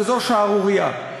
וזו שערורייה.